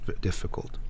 difficult